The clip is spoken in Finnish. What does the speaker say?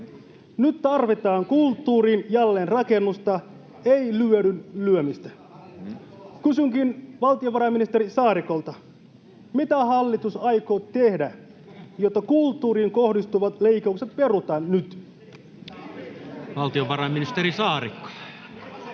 Nyt tarvitaan kulttuurin jälleenrakennusta, ei lyödyn lyömistä. Kysynkin valtiovarainministeri Saarikolta: mitä hallitus aikoo tehdä, jotta kulttuuriin kohdistuvat leikkaukset perutaan nyt? Valtiovarainministeri Saarikko.